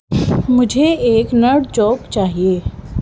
مجھے ایک nerd joke چاہیے